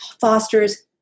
fosters